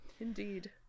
indeed